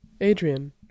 Adrian